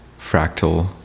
fractal